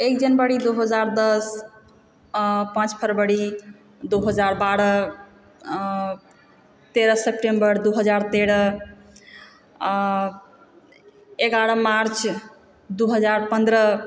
एक जनवरी दू हजार दश पॉंच फरवरी दू हजार बारह तेरह सितम्बर दू हजार तेरह एगारह मार्च दू हजार पन्द्रह